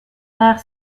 naar